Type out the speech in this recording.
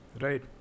right